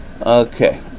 Okay